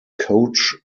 coach